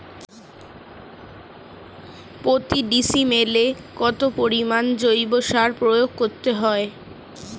প্রতি ডিসিমেলে কত পরিমাণ জৈব সার প্রয়োগ করতে হয়?